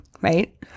right